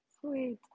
sweet